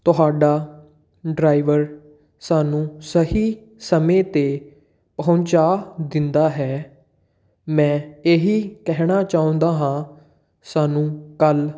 ਤੁਹਾਡਾ ਡਰਾਈਵਰ ਸਾਨੂੰ ਸਹੀ ਸਮੇਂ 'ਤੇ ਪਹੁੰਚਾ ਦਿੰਦਾ ਹੈ ਮੈਂ ਇਹੀ ਕਹਿਣਾ ਚਾਹੁੰਦਾ ਹਾਂ ਸਾਨੂੰ ਕੱਲ੍ਹ